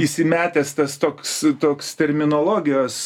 įsimetęs tas toks toks terminologijos